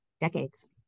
decades